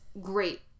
great